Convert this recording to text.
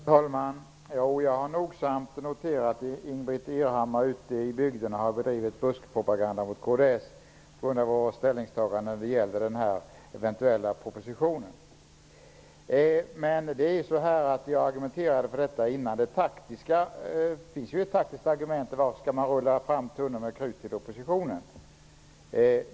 Herr talman! Jag har nogsamt noterat att Ingbritt Irhammar har bedrivit buskpropaganda mot kds ute i bygderna på grund av vårt ställningstagande när det gäller den här eventuella propositionen. Jag argumenterade för vår ståndpunkt tidigare. Det finns ett taktiskt argument. Varför skall man rulla fram tunnor med krut till oppositionen?